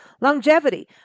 longevity